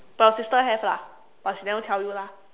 but your sister have lah but she never tell you lah